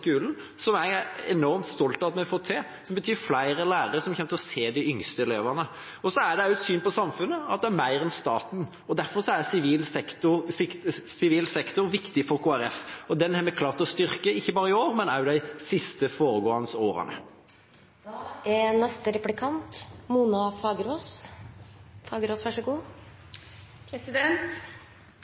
skolen, som jeg er enormt stolt over at vi får til, for det betyr at flere lærere kommer til å se de yngste elevene. Så er det også vårt syn på samfunnet, at det er mer enn staten. Derfor er sivil sektor viktig for Kristelig Folkeparti, og den har vi klart å styrke – ikke bare i år, men også de siste foregående